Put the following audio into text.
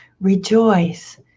rejoice